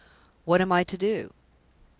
what am i to do?